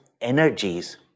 energies